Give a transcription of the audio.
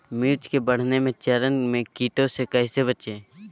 मिर्च के बढ़ने के चरण में कीटों से कैसे बचये?